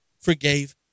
forgave